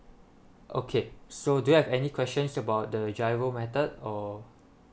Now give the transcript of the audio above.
okay so do you have any questions about the GIRO method or